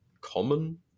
common